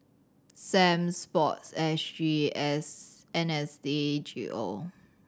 Sam SPORTSG S N S D G O